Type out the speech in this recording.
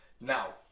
Now